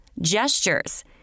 Gestures